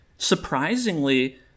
surprisingly